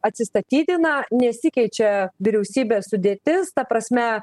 atsistatydina nesikeičia vyriausybės sudėtis ta prasme